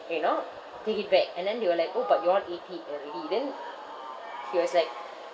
you know take it back and then they were like orh but you all eat it already then he was like